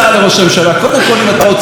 אם אתה רוצה לדבר על ניתוק,